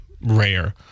rare